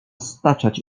staczać